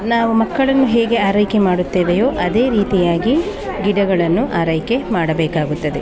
ನಾವು ಮಕ್ಕಳನ್ನು ಹೇಗೆ ಆರೈಕೆ ಮಾಡುತ್ತೇವೆಯೋ ಅದೇ ರೀತಿಯಾಗಿ ಗಿಡಗಳನ್ನು ಆರೈಕೆ ಮಾಡಬೇಕಾಗುತ್ತದೆ